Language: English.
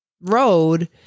road